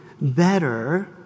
better